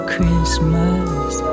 Christmas